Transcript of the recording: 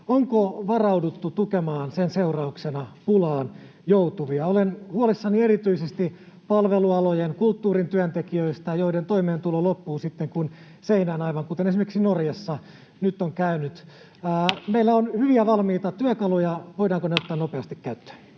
onko varauduttu tukemaan sen seurauksena pulaan joutuvia? Olen huolissani erityisesti palvelualojen, kulttuurin työntekijöistä, joiden toimeentulo loppuu sitten kuin seinään, aivan kuten esimerkiksi Norjassa nyt on käynyt. Meillä on hyviä valmiita työkaluja. Voidaanko ne ottaa nopeasti käyttöön?